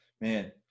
Man